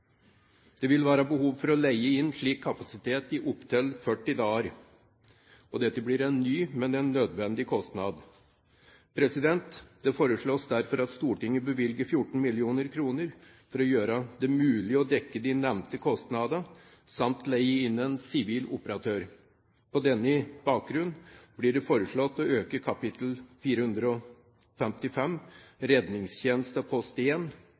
Det vil være behov for å leie inn slik kapasitet i opptil 40 dager, og dette blir en ny, men nødvendig kostnad. Det foreslås derfor at Stortinget bevilger 14 mill. kr for å gjøre det mulig å dekke de nevnte kostnadene samt leie inn en sivil operatør. På denne bakgrunn blir det foreslått å øke kap. 455 Redningstjenesten, post 1 Driftsutgifter, med 14 mill. kr i 2011. Vi har en